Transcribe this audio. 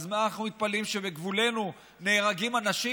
אז מה אנחנו מתפלאים שבגבולנו נהרגים אנשים?